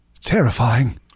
Terrifying